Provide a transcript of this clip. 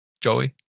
joey